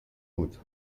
بود